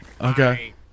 Okay